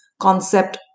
concept